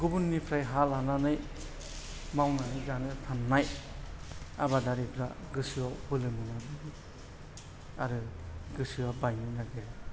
गुबुननिफ्राय हा लानानै मावनानै जानो साननाय आबादारिफ्रा गोसोआव बोलो मोना आरो गोसोआ बायनो नागिरो